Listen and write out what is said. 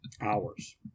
Hours